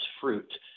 fruit